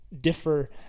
differ